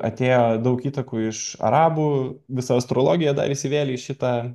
atėjo daug įtakų iš arabų visa astrologija dar įsivėlė į šitą